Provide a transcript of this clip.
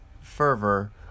fervor